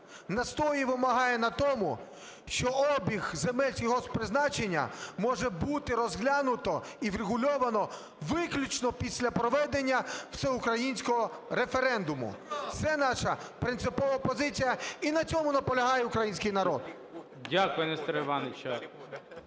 настоює і вимагає на тому, що обіг земель сільгосппризначення може бути розглянуто і врегульовано виключно після проведення всеукраїнського референдуму. Це наша принципова позиція, і на цьому наполягає український народ. ГОЛОВУЮЧИЙ. Дякую, Несторе Івановичу.